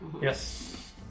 Yes